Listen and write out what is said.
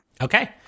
Okay